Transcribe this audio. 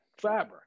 fabric